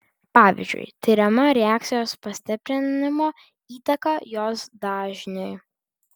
pavyzdžiui tiriama reakcijos pastiprinimo įtaka jos dažniui